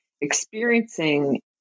experiencing